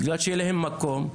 כדי שיהיה להם מקום,